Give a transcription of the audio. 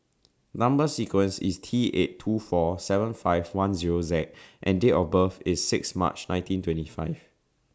Number sequence IS T eight two four seven five one Zero Z and Date of birth IS six March nineteen twenty five